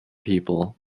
people